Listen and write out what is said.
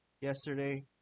yesterday